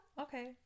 Okay